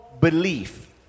belief